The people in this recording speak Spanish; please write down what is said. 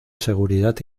seguridad